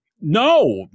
no